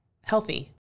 healthy